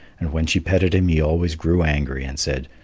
and when she petted him he always grew angry and said,